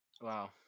Wow